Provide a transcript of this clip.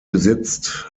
besitzt